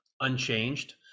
unchanged